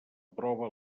prova